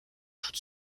toute